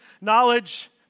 knowledge